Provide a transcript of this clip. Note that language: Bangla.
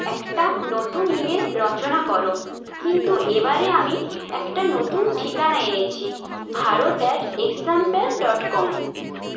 একটা নতুন ইমেল রচনা করো কিন্তু এবারে আমি একটা নতুন ঠিকানা এনেছি Bharat at example dot com